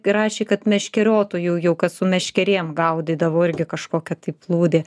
rašė kad meškeriotojų jau kas su meškerėm gaudydavo irgi kažkokia tai plūdė